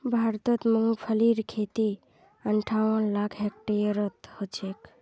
भारतत मूंगफलीर खेती अंठावन लाख हेक्टेयरत ह छेक